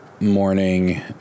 Morning